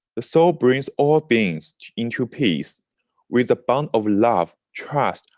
the soul brings all beings into peace with the bond of love, trust,